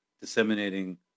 disseminating